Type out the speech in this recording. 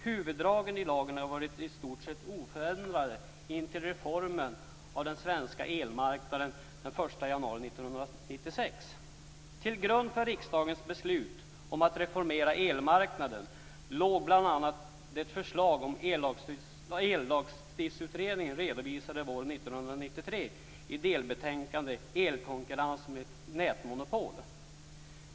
Huvuddragen i lagen har varit i stort sett oförändrade intill reformeringen av den svenska elmarknaden den Till grund för riksdagens beslut om att reformera elmarknaden låg bl.a. det förslag som Ellagstiftningsutredningen redovisade våren 1993 i delbetänkandet Elkonkurrens med nätmonopol.